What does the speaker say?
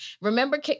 Remember